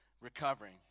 recovering